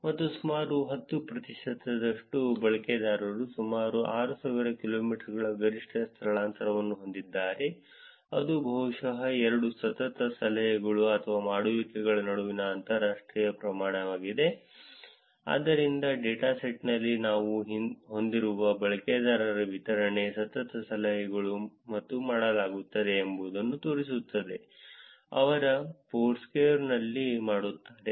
ಮತ್ತು ಸುಮಾರು ಹತ್ತು ಪ್ರತಿಶತದಷ್ಟು ಬಳಕೆದಾರರು ಸುಮಾರು 6000 ಕಿಲೋಮೀಟರ್ಗಳ ಗರಿಷ್ಠ ಸ್ಥಳಾಂತರವನ್ನು ಹೊಂದಿದ್ದಾರೆ ಇದು ಬಹುಶಃ ಎರಡು ಸತತ ಸಲಹೆಗಳು ಅಥವಾ ಮಾಡುವಿಕೆಗಳ ನಡುವಿನ ಅಂತರರಾಷ್ಟ್ರೀಯ ಪ್ರಯಾಣವಾಗಿದೆ ಆದ್ದರಿಂದ ಡೇಟಾಸೆಟ್ನಲ್ಲಿ ನಾವು ಹೊಂದಿರುವ ಬಳಕೆದಾರರ ವಿತರಣೆ ಸತತ ಸಲಹೆಗಳು ಮತ್ತು ಮಾಡಲಾಗುತ್ತದೆ ಎಂಬುದನ್ನು ತೋರಿಸುತ್ತದೆ ಅವರು ಫೋರ್ಸ್ಕ್ವೇರ್ನಲ್ಲಿ ಮಾಡುತ್ತಾರೆ